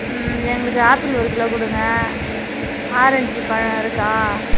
ம் எங்களுக்கு ஆப்பிள் ஒரு கிலோ கொடுங்க ஆரஞ்சு பழம் இருக்கா